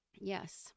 Yes